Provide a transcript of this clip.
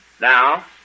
Now